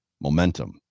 momentum